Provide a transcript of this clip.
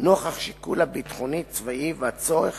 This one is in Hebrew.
נוכח השיקול הביטחוני-צבאי והצורך